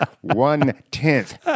one-tenth